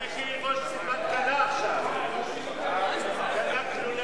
ההצעה להסיר מסדר-היום את הצעת חוק